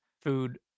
food